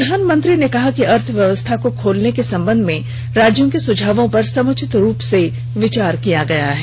प्रधानमंत्री ने कहा कि अर्थव्यवस्था को खोलने के संबंध में राज्यों के सुझावों पर समुचित रूप से विचार किया गया है